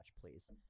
please